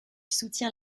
soutient